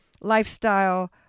lifestyle